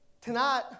tonight